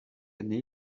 année